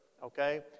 Okay